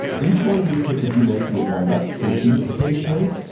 each one of these takes a few minutes to get warmed up, so be patient.